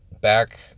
back